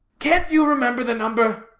can't you remember the number?